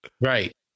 Right